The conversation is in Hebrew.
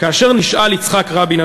כאשר נשאל יצחק רבין,